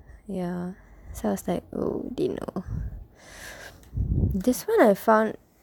ya so I was like oh didn't know this [one] I found